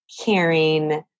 caring